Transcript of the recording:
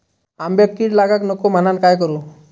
आंब्यक कीड लागाक नको म्हनान काय करू?